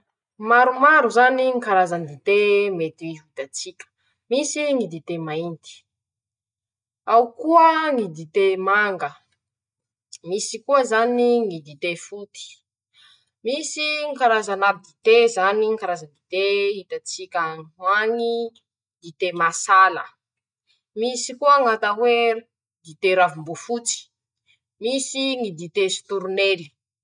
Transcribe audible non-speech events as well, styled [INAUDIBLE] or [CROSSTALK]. Maromaro [SHUSHES] zany ñy karazany dite mety hitatsika: -Misy ñy dite mainty, ao koa ñy dite manga, misy koa zanyy ñy dite foty, misy ñ karazana dite zany karazany dite hitatsika añy ho añyy dite masala, misy koa ñ'atao hoe dite ravim-boafotsy, misy ñy dite sitoronely.